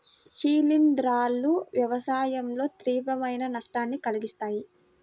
శిలీంధ్రాలు వ్యవసాయంలో తీవ్రమైన నష్టాన్ని కలిగిస్తాయి